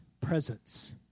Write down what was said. presence